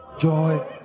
joy